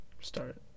start